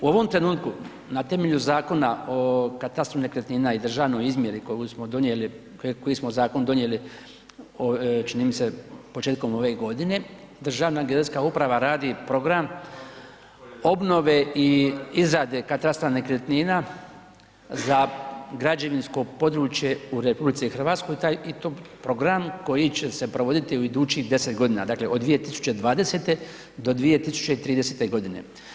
U ovom trenutku na temelju Zakona o katastru nekretnina i državnoj izmjeri koju smo donijeli, koji smo zakon donijeli čini mi se početkom ove godine, Državna geodetska uprava radi program obnove izrade katastra nekretnina za građevinsko područje u RH i taj i to program koji će se provoditi u idućih 10 godina, dakle od 2020. do 2030. godine.